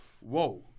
Whoa